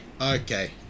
Okay